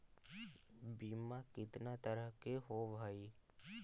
बीमा कितना तरह के होव हइ?